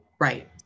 Right